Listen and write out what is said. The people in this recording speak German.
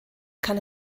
kann